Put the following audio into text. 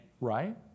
right